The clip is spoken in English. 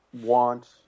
want